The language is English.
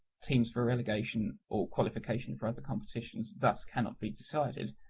teams for relegation or qualification for other competitions thus cannot be decided,